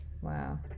Wow